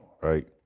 right